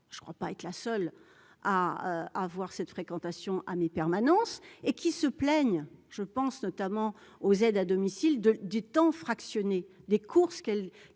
je ne crois pas être la seule à avoir cette fréquentation à mes permanences et qui se plaignent, je pense notamment aux aides à domicile de du temps fractionner les courses